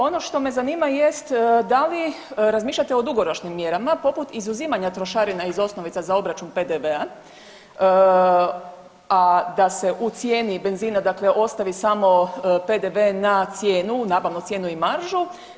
Ono što me zanima jest da li razmišljate o dugoročnim mjerama poput izuzimanja trošarina iz osnovica za obračun PDV-a, a da se u cijeni benzina ostavi samo PDV na cijenu, nabavnu cijenu i maržu?